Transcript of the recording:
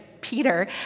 Peter